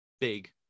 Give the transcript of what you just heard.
big